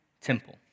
temple